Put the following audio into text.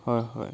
হয় হয়